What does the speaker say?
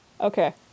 Okay